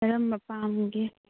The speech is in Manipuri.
ꯀꯔꯝꯕ ꯄꯥꯝꯒꯦ